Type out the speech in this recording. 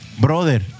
Brother